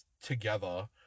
together